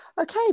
Okay